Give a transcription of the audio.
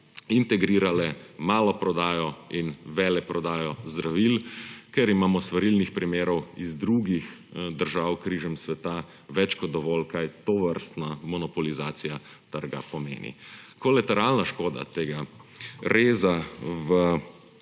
integrirale maloprodajo in veleprodajo zdravil, ker imamo svarilnih primerov iz drugih držav križem sveta več kot dovolj, kaj tovrstna monopolizacija trga pomeni. Kolateralna škoda tega reza v